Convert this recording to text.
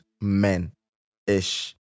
men-ish